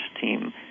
team